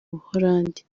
buholandi